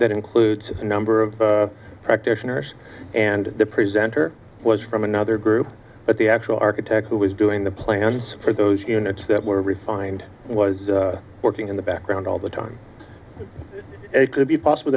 that includes a number of practitioners and the presenter was from another group but the actual architect who was doing the plans for those units that were refined was working in the background all the time it could be possible